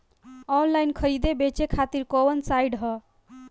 Online खरीदे बेचे खातिर कवन साइड ह?